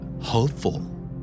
Hopeful